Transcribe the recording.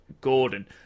gordon